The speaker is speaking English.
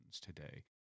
today